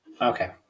Okay